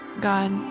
God